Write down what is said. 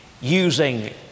using